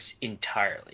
entirely